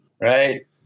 right